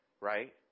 right